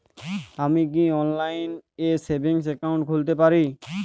আমি কি অনলাইন এ সেভিংস অ্যাকাউন্ট খুলতে পারি?